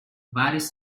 várias